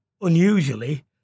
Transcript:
unusually